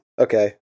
Okay